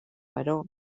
però